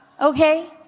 Okay